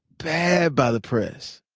bad by the press.